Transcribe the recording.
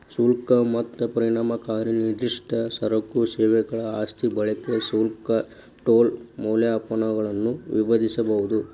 ಶುಲ್ಕ ಮತ್ತ ಪರಿಣಾಮಕಾರಿ ನಿರ್ದಿಷ್ಟ ಸರಕು ಸೇವೆಗಳ ಆಸ್ತಿ ಬಳಕೆ ಶುಲ್ಕ ಟೋಲ್ ಮೌಲ್ಯಮಾಪನಗಳನ್ನ ವಿಧಿಸಬೊದ